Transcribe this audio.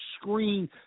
screen